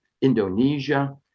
Indonesia